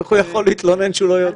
איך הוא יכול להתלונן כשהוא לא יודע?